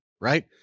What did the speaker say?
right